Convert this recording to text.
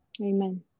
Amen